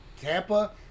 Tampa